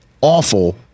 awful